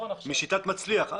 שיטת מצליח.